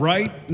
Right